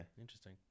Interesting